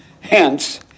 Hence